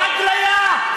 ההגליה,